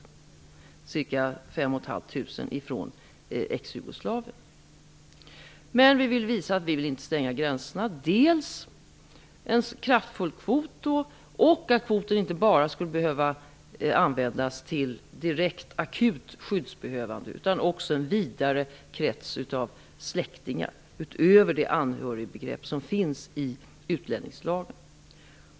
Det gäller ca 5 500 människor från Exjugoslavien. Genom en kraftfull kvot vill vi visa att vi inte vill stänga gränserna. Kvoten skall inte heller bara behöva användas till direkt akut skyddsbehövande utan också till en vidare krets av släktingar utöver dem som ryms inom det anhörigbegrepp som finns i utlänningslagen.